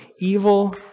evil